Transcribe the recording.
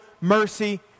mercy